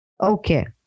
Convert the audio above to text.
Okay